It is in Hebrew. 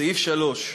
סעיף 3: